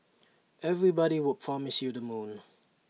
everybody would promise you the moon